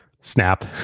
Snap